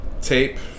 tape